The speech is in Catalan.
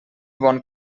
bon